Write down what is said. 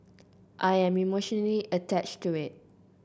I am emotionally attached to it